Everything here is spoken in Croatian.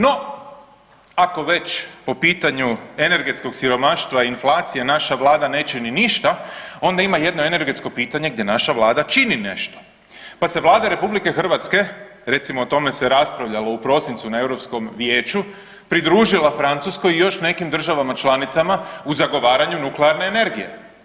No, ako već po pitanju energetskog siromaštva i inflacije naša vlada neće ni ništa onda ima jedno energetsko pitanje gdje naša vlada čini nešto, pa se Vlada RH, recimo o tome se raspravljalo u prosincu na Europskom vijeću, pridružila Francuskoj i još nekim državama članicama u zagovaranju nuklearne energije.